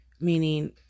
meaning